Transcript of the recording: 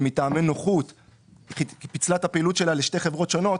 שמטעמי נוחות פיצלה את הפעילות שלה לשתי חברות שונות,